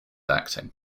acting